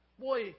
Boy